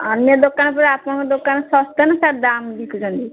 ଅନ୍ୟ ଦୋକାନ ପରି ଆପଣଙ୍କ ଦୋକାନ ଶସ୍ତା ନା ସାର୍ ଦାମ୍ ବିକୁଛନ୍ତି